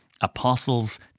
apostles